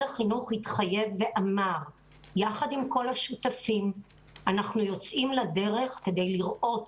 החינוך התחייב ואמר יחד עם כל השותפים: אנחנו יוצאים לדרך כדי לראות